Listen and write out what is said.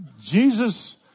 Jesus